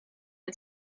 and